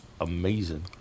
amazing